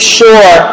sure